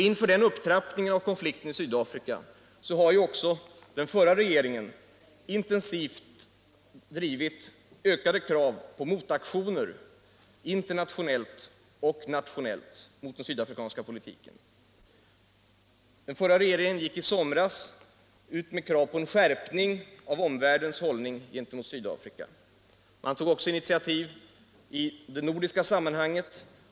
Inför denna upptrappning av konflikten i Sydafrika har den förra regeringen intensivt drivit ökade krav på motaktioner, internationellt och nationellt, mot den sydafrikanska politiken. Den gick i somras ut med krav på en skärpning — Nr 48 av omvärldens hållning gentemot Sydafrika. Den tog också initiativ i det Torsdagen den nordiska sammanhanget.